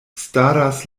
staras